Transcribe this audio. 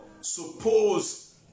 Suppose